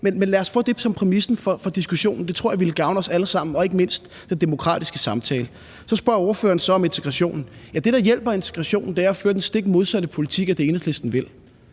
men lad os få det som præmissen for diskussionen. Det tror jeg ville gavne os alle sammen og ikke mindst den demokratiske samtale. Ordføreren spørger så om integrationen. Det, der hjælper integrationen, er at føre den stik modsatte politik af det, Enhedslisten vil.